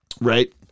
right